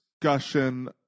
discussion